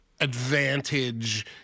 advantage